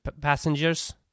passengers